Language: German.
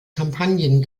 kampagnen